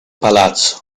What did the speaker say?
palazzo